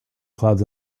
clouds